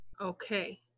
Okay